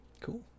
Cool